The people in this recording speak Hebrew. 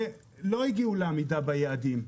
אבל לא הגיעו לעמידה ביעדים,